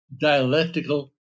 dialectical